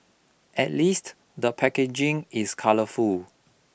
at least the packaging is colourful